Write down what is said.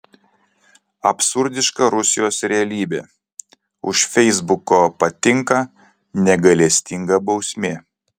absurdiška rusijos realybė už feisbuko patinka negailestinga bausmė